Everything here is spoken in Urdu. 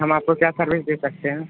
ہم آپ کو کیا سروس دے سکتے ہیں